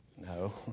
No